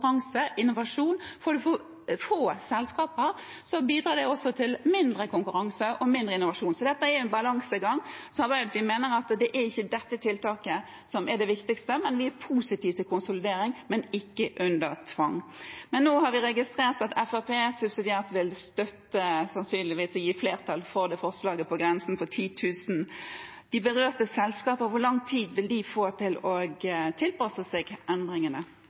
innovasjon, for er det for få selskaper, bidrar det til mindre konkurranse og mindre innovasjon. Dette er en balansegang. Men Arbeiderpartiet mener at det ikke er dette tiltaket som er det viktigste. Vi er positive til konsolidering, men ikke under tvang. Nå har vi registrert at Fremskrittspartiet subsidiært vil støtte og sannsynligvis gi flertall for forslaget om en grense på 10 000. Hvor lang tid vil de berørte selskapene få til å tilpasse seg endringene,